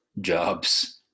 jobs